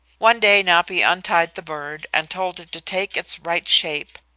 one day napi untied the bird and told it to take its right shape,